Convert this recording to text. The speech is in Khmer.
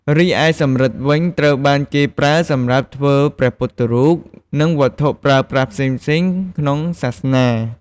រីឯសំរឹទ្ធិវិញ ត្រូវបានគេប្រើសម្រាប់ធ្វើព្រះពុទ្ធរូប និងវត្ថុប្រើប្រាស់ផ្សេងៗក្នុងសាសនា។